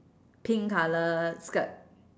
pink colour skirt